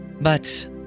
But